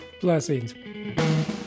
Blessings